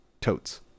totes